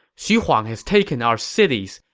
xu huang has taken our cities.